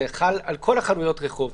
זה חל על כל חנויות הרחוב.